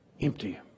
Empty